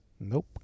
Nope